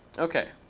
ok.